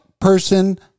person